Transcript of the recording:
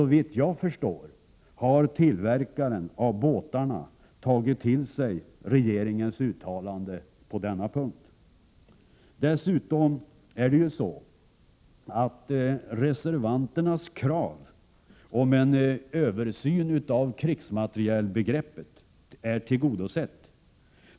Såvitt jag förstår har tillverkaren av båtarna tagit till sig regeringens uttalande på denna punkt. Dessutom är ju reservanternas krav på en översyn av krigsmaterielbegreppet tillgodosett.